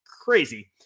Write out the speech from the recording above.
crazy